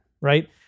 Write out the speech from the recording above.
right